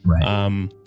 Right